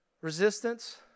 resistance